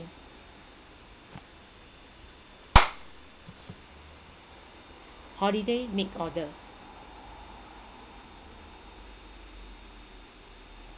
holiday make order